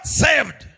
saved